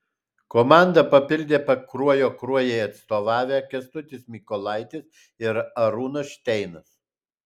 komanda papildė pakruojo kruojai atstovavę kęstutis mykolaitis ir arūnas šteinas